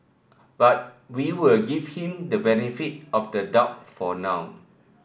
but we'll give him the benefit of the doubt for now